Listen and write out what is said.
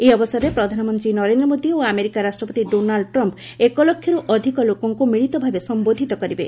ଏହି ଅବସରରେ ପ୍ରଧାନମନ୍ତ୍ରୀ ନରେନ୍ଦ୍ର ମୋଦି ଓ ଆମେରିକା ରାଷ୍ଟ୍ରପତି ଡୋନାଲ୍ଡ ଟ୍ରମ୍ପ୍ ଏକ ଲକ୍ଷରୁ ଅଧିକ ଲୋକଙ୍କୁ ମିଳିତ ଭାବେ ସମ୍ଭୋଧୃତ କରିବେ